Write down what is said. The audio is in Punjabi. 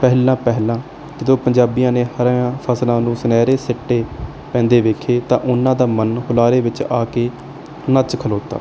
ਪਹਿਲਾਂ ਪਹਿਲਾਂ ਜਦੋਂ ਪੰਜਾਬੀਆਂ ਨੇ ਹਰੀਆਂ ਫਸਲਾਂ ਨੂੰ ਸੁਨਹਿਰੇ ਛਿੱਟੇ ਪੈਂਦੇ ਵੇਖੇ ਤਾਂ ਉਹਨਾਂ ਦਾ ਮਨ ਹੁਲਾਰੇ ਵਿੱਚ ਆ ਕੇ ਨੱਚ ਖਲੋਤਾ